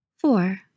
Four